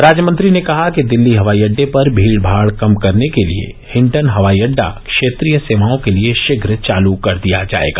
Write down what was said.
राज्यमंत्री ने कहा कि दिल्ली हवाई अड्डे पर भीड़ भाड़ कम करने के लिए हिंडन हवाई अड्डा क्षेत्रीय सेवाओं के लिए शीघ्र चालू कर दिया जाएगा